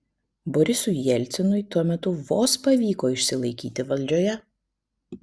borisui jelcinui tuo metu vos pavyko išsilaikyti valdžioje